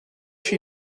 she